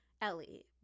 Ellie